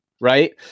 right